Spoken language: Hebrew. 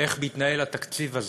איך מתנהל התקציב הזה,